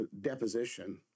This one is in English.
deposition